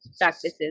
practices